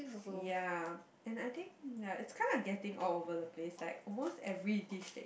ya and I think ya it's kinda getting all over the place like almost every dish that you